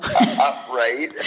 Right